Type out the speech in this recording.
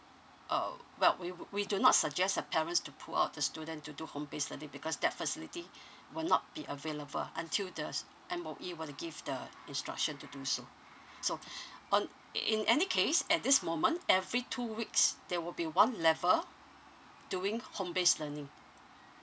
uh well we w~ we do not suggest uh parents to pull out the student to do home based learning because that facility will not be available until the s~ M_O_E were to give the instruction to do so so on i~ in any case at this moment every two weeks there will be one level doing home based learning